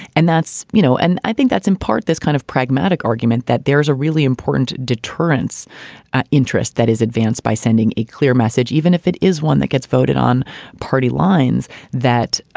and that's you know, and i think that's in part this kind of pragmatic argument that there is a really important deterrence interest that is advanced by sending a clear message, even if it is one that gets voted on party lines that,